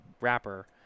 wrapper